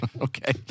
Okay